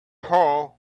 hole